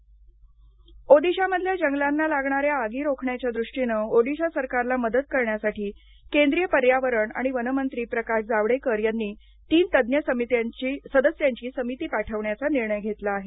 सिमलीपाल व्याघ्रप्रकल्प ओदीशामधल्या जंगलांना लागणाऱ्या आगी रोखण्याच्या दृष्टीनं ओदीशा सरकारला मदत करण्यासाठी केंद्रीय पर्यावरण आणि वन मंत्री प्रकाश जावडेकर यांनी तीन तज्ज्ञ सदस्यांची समिती पाठवण्याचा निर्णय घेतला आहे